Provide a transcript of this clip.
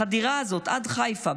החדירה הזאת עד חיפה,